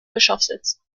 bischofssitz